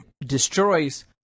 destroys